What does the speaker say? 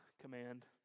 command